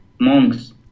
Monks